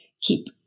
keep